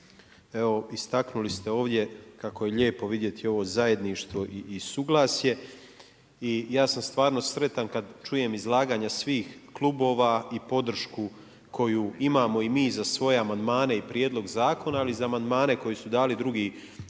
evo istaknuli ste ovdje kako je lijepo vidjeti ovo zajedništvo i suglasje i ja sam stvarno sretan kad čujem izlaganje svih klubova i podršku koju imamo i mi za svoje amandmane i prijedlog zakona, ali i za amandmane koji su dali drugi